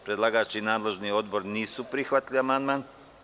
Predlagač i nadležni odbor nisu prihvatili ovaj amandman.